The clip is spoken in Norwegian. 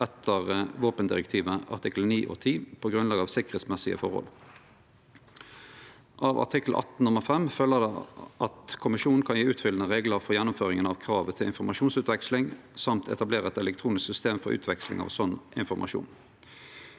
etter våpendirektivet artikkel 9 og 10 på grunnlag av sikkerheitsforhold. Av artikkel 18 nr. 5 følgjer det at Kommisjonen kan gje utfyllande reglar for gjennomføringa av kravet til informasjonsutveksling og etablere eit elektronisk system for utveksling av slik informasjon.